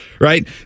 right